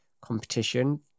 competition